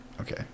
Okay